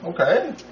okay